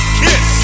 kiss